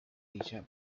dicha